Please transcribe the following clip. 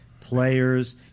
players